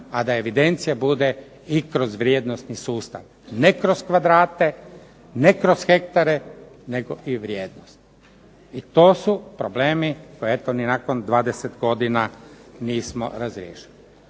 a da evidencija bude i kroz vrijednosni sustav. Ne kroz kvadrate, ne kroz hektare, nego i vrijednost. I to su problemi koje eto ni nakon 20 godina nismo razriješili.